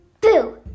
Boo